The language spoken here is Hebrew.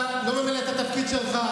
אתה לא ממלא את התפקיד שלך,